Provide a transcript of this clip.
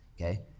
Okay